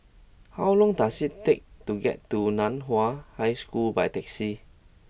how long does it take to get to Nan Hua High School by taxi